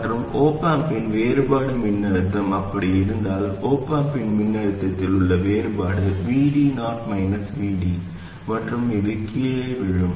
மற்றும் op amp இன் வேறுபாடு மின்னழுத்தம் அப்படி இருந்தால் op amp இன் மின்னழுத்தத்தில் உள்ள வேறுபாடு VD0 VD மற்றும் இது கீழே விழும்